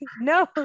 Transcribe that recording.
no